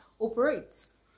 operates